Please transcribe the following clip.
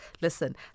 Listen